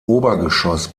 obergeschoss